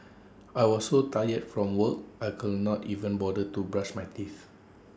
A smile can often lift up A weary spirit